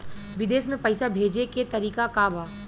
विदेश में पैसा भेजे के तरीका का बा?